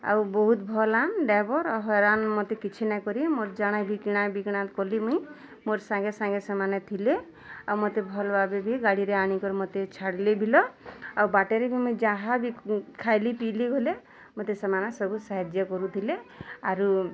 ଆଉ ବହୁତ୍ ଭଲ ହାଁ ଡ଼୍ରାଇଭର୍ ଆଉ ହଇରାନ୍ ମତେ କିଛି ନାଇ କରି ମୋର୍ ଜାଣା ବି କିଣା ବିକଣା କଲି ମୁଇଁ ମୋର୍ ସାଙ୍ଗେ ସାଙ୍ଗେ ସେମାନେ ଥିଲେ ଆଉ ମତେ ଭଲ୍ ଭାବେ ବି ଗାଡ଼ିରେ ଆଣିକରି ମତେ ଛାଡ଼ିଲେ ବିଲ ଆଉ ବାଟରେ ବି ମୁଁଇ ଯାହା ବି ଖାଇଲି ପିଇଲି ଭଲେ ମତେ ସେମାନେ ସବୁ ସାହାଯ୍ୟ କରୁଥିଲେ ଆରୁ